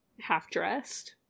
half-dressed